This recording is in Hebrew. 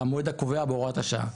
המועד הקובע בהוראת השעה,